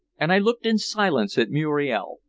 and i looked in silence at muriel,